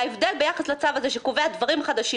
ההבדל ביחס לצו הזה שקובע דברים חדשים,